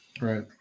Right